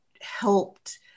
helped